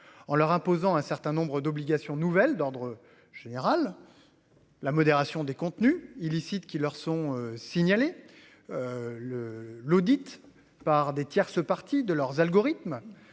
En leur imposant un certain nombre d'obligations nouvelles d'ordre général. La modération des contenus illicites qui leur sont signalés. Le l'audit par des tierces parties de leurs algorithmes.